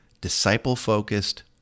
disciple-focused